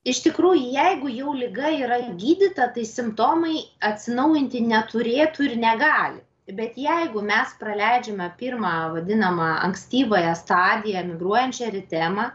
iš tikrųjų jeigu jau liga yra gydyta tai simptomai atsinaujinti neturėtų ir negali bet jeigu mes praleidžiame pirmą vadinamą ankstyvąją stadiją migruojančią eritemą